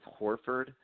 Horford